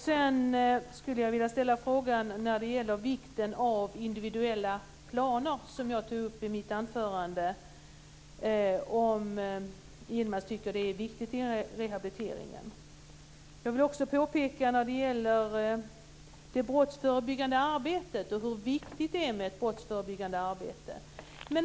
Sedan skulle jag vilja ställa en fråga när det gäller vikten av individuella planer, som jag tog upp i mitt anförande. Tycker Yilmaz att detta är viktigt i rehabiliteringen? Jag vill också påpeka en sak apropå det brottsförebyggande arbetet och hur viktigt detta är.